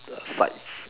uh sights